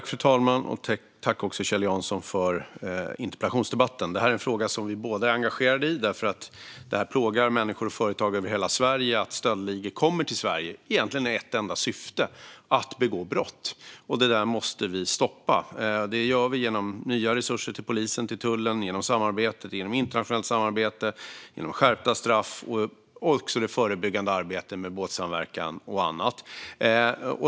Fru talman! Tack, Kjell Jansson, för interpellationsdebatten! Det här är en fråga som vi båda är engagerade i för att det plågar människor och företag över hela Sverige att stöldligor kommer till Sverige i egentligen ett enda syfte, nämligen att begå brott. Det måste vi stoppa. Det gör vi genom nya resurser till polisen och tullen och med samarbete, internationellt samarbete, skärpta straff och också förebyggande arbete med båtsamverkan och annat.